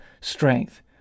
strength